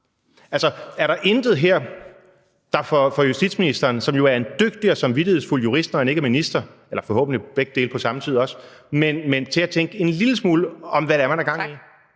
Altså, er der intet her, der får justitsministeren, som jo er en dygtig og samvittighedsfuld jurist, når han ikke er minister – eller forhåbentlig begge dele på samme tid også – til at tænke en lille smule over, hvad det er, man har gang i?